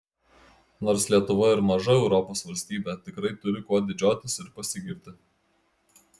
nors lietuva ir maža europos valstybė tikrai turi kuo didžiuotis ir pasigirti